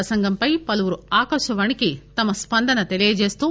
ప్రసంగం పై పలువురు ఆకాశవాణికి తమ స్పందన తెలియచేస్తూ